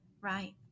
right